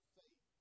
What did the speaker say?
faith